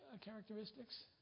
characteristics